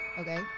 Okay